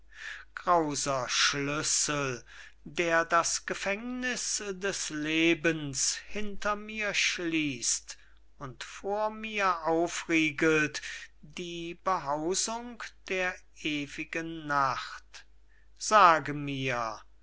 grauser schlüssel der das gefängniß des lebens hinter mir schließt und vor mir aufriegelt die behausung der ewigen nacht sage mir